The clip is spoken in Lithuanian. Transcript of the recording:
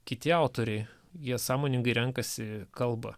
kiti autoriai jie sąmoningai renkasi kalbą